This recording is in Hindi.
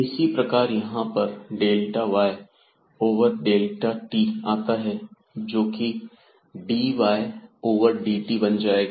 इसी प्रकार यहां पर delta y over delta t आता है जोकि dy ओवर dt बन जाएगा